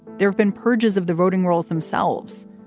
there have been purges of the voting rolls themselves.